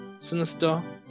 sinister